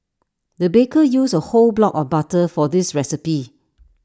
the baker used A whole block of butter for this recipe